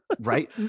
Right